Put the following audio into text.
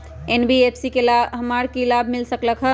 NBFC से हमार की की लाभ मिल सक?